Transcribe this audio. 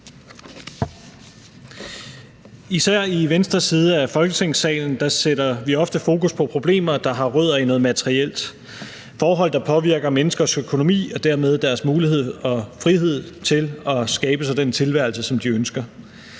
Især i venstre side af Folketingssalen sætter vi ofte fokus på problemer, der har rødder i noget materielt, forhold, der påvirker menneskers økonomi og dermed deres mulighed for og frihed til at skabe sig den tilværelse, som de ønsker.